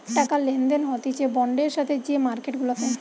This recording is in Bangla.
টাকা লেনদেন হতিছে বন্ডের সাথে যে মার্কেট গুলাতে